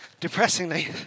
depressingly